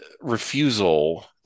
refusal